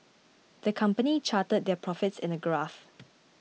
the company charted their profits in a graph